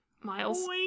miles